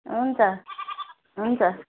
हुन्छ हुन्छ